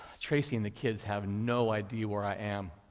tracey and the kids have no idea where i am.